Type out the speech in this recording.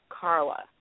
Carla